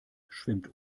schwimmt